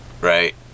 right